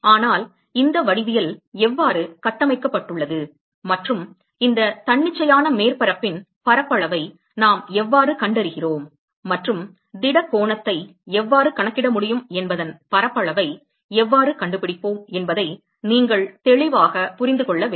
ஆனால் இந்த வடிவியல் எவ்வாறு கட்டமைக்கப்பட்டுள்ளது மற்றும் இந்த தன்னிச்சையான மேற்பரப்பின் பரப்பளவை நாம் எவ்வாறு கண்டறிகிறோம் மற்றும் திட கோணத்தை எவ்வாறு கணக்கிட முடியும் என்பதன் பரப்பளவை எவ்வாறு கண்டுபிடிப்போம் என்பதை நீங்கள் தெளிவாக புரிந்து கொள்ள வேண்டும்